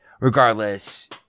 regardless